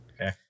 Okay